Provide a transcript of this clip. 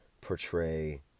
portray